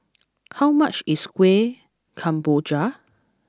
how much is Kueh Kemboja